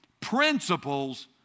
Principles